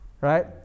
right